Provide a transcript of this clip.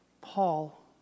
Paul